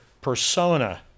persona